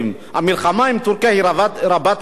המלחמה עם טורקיה היא רבת פנים,